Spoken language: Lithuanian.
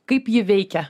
kaip ji veikia